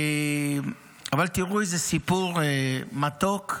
אבל תראו, איזה סיפור מתוק,